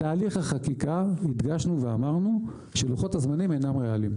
בתהליך החקיקה הדגשנו ואמרנו שלוחות הזמנים אינם ריאליים.